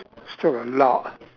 still a lot